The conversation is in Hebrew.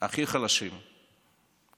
הכי חלשים מהפריפריה,